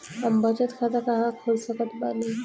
हम बचत खाता कहां खोल सकत बानी?